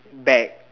bag